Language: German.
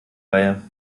reihe